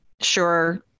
sure